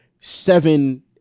seven